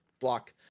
block